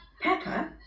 Peppa